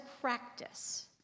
practice